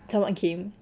someone came